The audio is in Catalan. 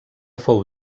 fou